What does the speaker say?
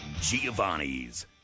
Giovanni's